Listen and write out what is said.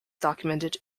documented